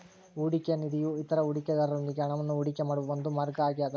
ಹೂಡಿಕೆಯ ನಿಧಿಯು ಇತರ ಹೂಡಿಕೆದಾರರೊಂದಿಗೆ ಹಣವನ್ನು ಹೂಡಿಕೆ ಮಾಡುವ ಒಂದು ಮಾರ್ಗ ಆಗ್ಯದ